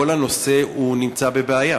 כל הנושא נמצא בבעיה?